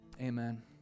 Amen